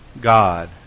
God